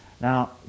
Now